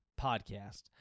podcast